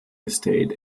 estate